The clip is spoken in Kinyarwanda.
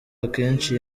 akenshi